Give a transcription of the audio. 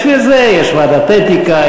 בשביל זה יש ועדת אתיקה,